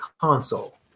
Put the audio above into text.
console